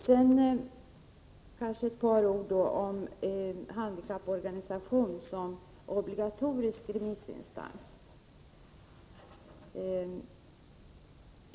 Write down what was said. Sedan ett par ord om handikapporganisationerna som obligatoriska remissinstanser.